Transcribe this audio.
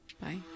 Bye